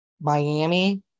Miami